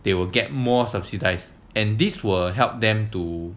they will get more subsidise and this will help them to